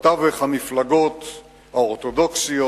ובתווך המפלגות האורתודוקסיות.